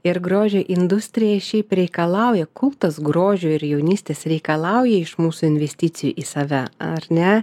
ir grožio industrija šiaip reikalauja kultas grožio ir jaunystės reikalauja iš mūsų investicijų į save ar ne